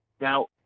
Now